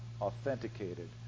authenticated